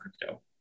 crypto